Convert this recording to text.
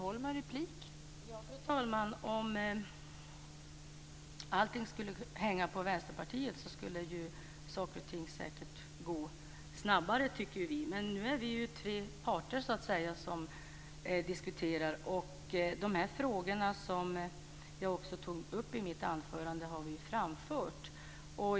Fru talman! Om allting skulle hänga på Vänsterpartiet skulle ju saker och ting säkert gå snabbare, tycker vi. Men nu är vi tre parter som diskuterar. De här frågorna, som jag också tog upp i mitt anförande, har vi framfört.